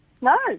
No